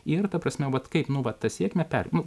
ir ta prasme vat kaip nu vat tą sėkmę perimt nu